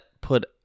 put